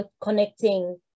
connecting